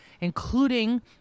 including